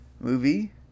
movie